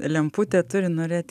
lemputė turi norėti